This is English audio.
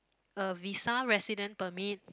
a visa resident permit